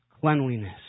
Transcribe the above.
cleanliness